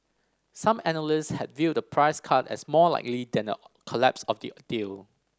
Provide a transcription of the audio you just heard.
some analyst had viewed a price cut as more likely than a collapse of the deal